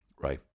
Right